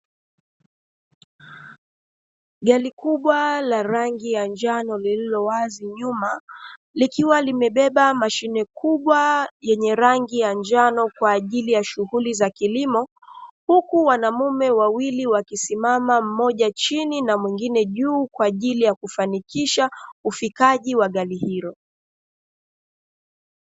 Gari kubwa la rangi ya njano lililowazi nyuma, likiwa limebeba mashine kubwa yenye rangi ya njano kwa ajili ya shughuli za kilimo. Huku wanaume wawili wakisimama mmoja chini na mwingine juu kwa ajili ya kufanikisha ufikaji wa gari hilo.